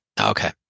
Okay